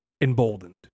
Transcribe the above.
emboldened